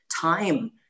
time